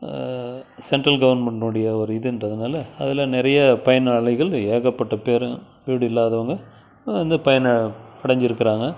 central கவர்மெண்ட்டுடைய ஒரு இதுன்றதுனால் அதில் நிறைய பயனாளிகள் ஏகப்பட்ட பேரும் வீடு இல்லாதவங்க வந்து பயனடஞ்சிருக்கிறாங்க